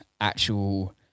actual